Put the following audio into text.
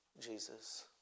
Jesus